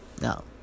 No